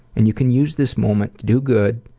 and you can use this moment to do good,